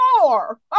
more